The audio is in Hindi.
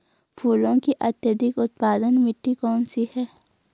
फूलों की अत्यधिक उत्पादन मिट्टी कौन सी है?